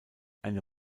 eine